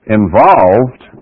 involved